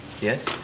Yes